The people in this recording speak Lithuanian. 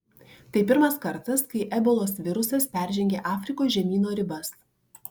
tai pirmas kartas kai ebolos virusas peržengė afrikos žemyno ribas